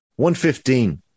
115